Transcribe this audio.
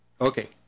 Okay